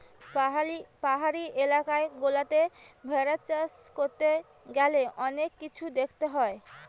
পাহাড়ি এলাকা গুলাতে ভেড়া চাষ করতে গ্যালে অনেক কিছুই দেখতে হয়